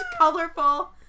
colorful